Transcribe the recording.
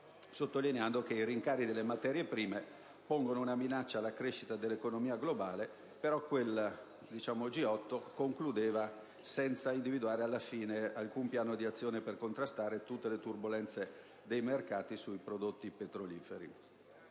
sottolineando che i rincari delle materie prime ponevano una minaccia alla crescita dell'economia globale, ma non individuava alla fine alcun piano di azione per contrastare tutte le turbolenze dei mercati sui prodotti petroliferi.